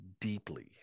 deeply